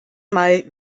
mal